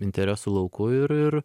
interesų lauku ir ir